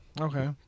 Okay